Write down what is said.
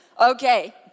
Okay